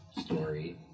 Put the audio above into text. story